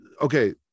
Okay